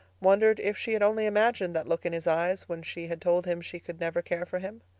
wondered if she had only imagined that look in his eyes when she had told him she could never care for him.